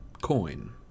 coin